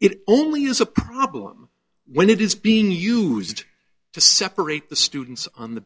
it only is a problem when it is being used to separate the students on the